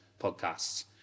podcasts